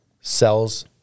sells